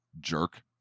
jerk